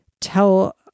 tell